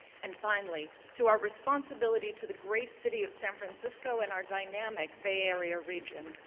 and finally, to our responsibility to the great city of san francisco and our dynamic bay area region,